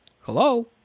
Hello